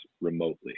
remotely